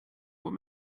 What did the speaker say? what